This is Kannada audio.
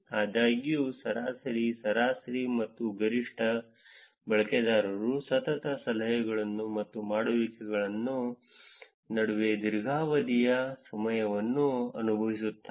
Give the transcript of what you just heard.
ಆದಾಗ್ಯೂ ಸರಾಸರಿ ಸರಾಸರಿ ಮತ್ತು ಗರಿಷ್ಠ ಬಳಕೆದಾರರು ಸತತ ಸಲಹೆಗಳು ಮತ್ತು ಮಾಡುವಿಕೆಗಳ ನಡುವೆ ದೀರ್ಘಾವಧಿಯ ಸಮಯವನ್ನು ಅನುಭವಿಸುತ್ತಾರೆ